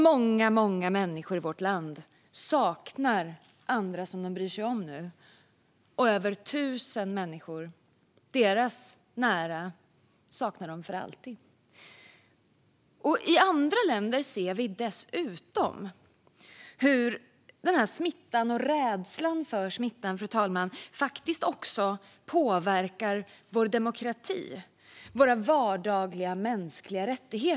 Många, många människor i vårt land saknar nu andra människor som de bryr sig om. Och över 1 000 människor saknas för alltid av sina nära. I andra länder ser vi dessutom hur denna smitta och rädslan för smittan, fru talman, påverkar demokrati och vardagliga mänskliga rättigheter.